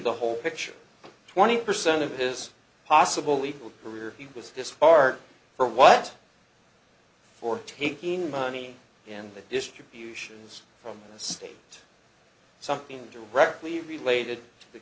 the whole picture twenty percent of his possible legal career he was this far for white for taking money and the distributions from the state something directly related to